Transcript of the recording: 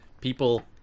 people